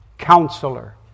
Counselor